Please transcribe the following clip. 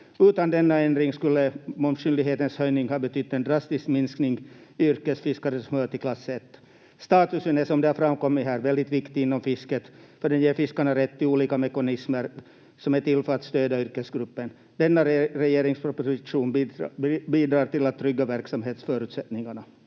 Utan denna ändring skulle momsskyldighetens höjning ha betytt en drastisk minskning av yrkesfiskare som hör till klass I. Statusen är, som det har framkommit här, väldigt viktig inom fisket, för den ger fiskarna rätt till olika mekanismer som är till för att stöda yrkesgruppen. Denna regeringsproposition bidrar till att trygga verksamhetsförutsättningarna.